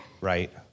Right